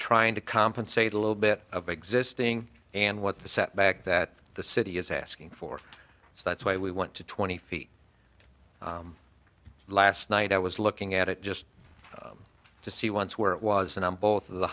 trying to compensate a little bit of existing and what the setback that the city is asking for so that's why we went to twenty feet last night i was looking at it just to see once where it was and on both the